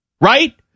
right